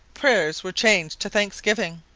prayers were changed to thanksgiving.